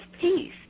peace